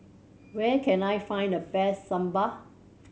where can I find the best Sambar